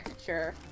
sure